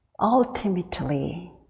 Ultimately